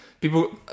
people